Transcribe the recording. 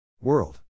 World